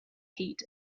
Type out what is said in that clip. heat